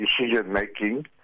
decision-making